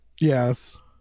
Yes